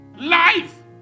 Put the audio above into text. Life